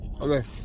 Okay